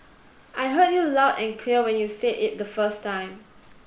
I heard you loud and clear when you said it the first time